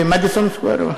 ב"מדיסון סקוור"?